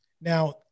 now